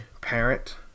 parent